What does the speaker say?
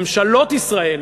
ממשלות ישראל,